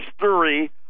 history